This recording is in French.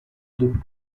deux